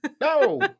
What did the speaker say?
no